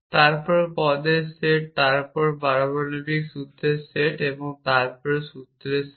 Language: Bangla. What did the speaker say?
তারপর পদের সেট তারপর পারমাণবিক সূত্রের সেট এবং তারপর সূত্রের সেট